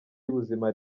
y’ubuzima